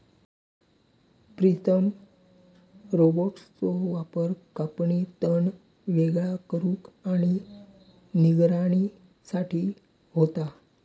प्रीतम रोबोट्सचो वापर कापणी, तण वेगळा करुक आणि निगराणी साठी होता